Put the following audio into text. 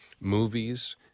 movies